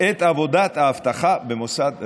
את עבודת האבטחה במוסד רפואי.